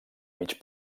mig